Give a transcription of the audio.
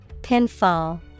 Pinfall